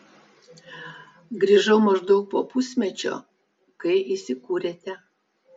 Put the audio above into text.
grįžau maždaug po pusmečio kai įsikūrėte